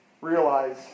realize